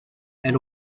elle